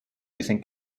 dicen